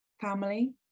family